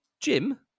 Jim